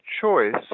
choice